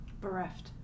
bereft